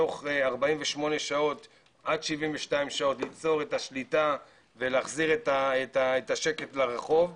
תוך 48 שעות עד 72 שעות ליצור את השליטה ולהחזיר את השקט לרחוב,